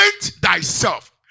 thyself